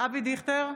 אבי דיכטר,